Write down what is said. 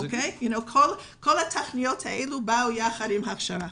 כל התוכניות האלה באו יחד עם הכשרה